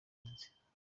yagenze